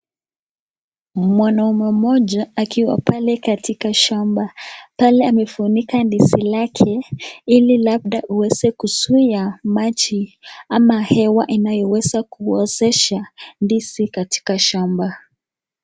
Ni mwanaume mmoja akiwa pale katika shamba. Pale amefunika ndizi lake ili labda uweze kuzuia maji ama hewa inayoweza kuozesha ndizi katika shamba.